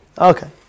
Okay